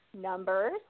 numbers